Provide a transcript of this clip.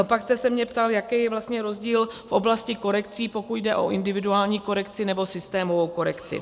Pak jste se mě ptal, jaký je vlastně rozdíl v oblasti korekcí, pokud jde o individuální korekci nebo systémovou korekci.